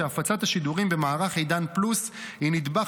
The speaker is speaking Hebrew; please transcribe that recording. שהפצת השידורים במערך עידן פלוס היא נדבך